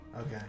Okay